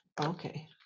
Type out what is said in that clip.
okay